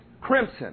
crimson